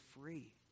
free